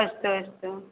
अस्तु अस्तु